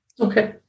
Okay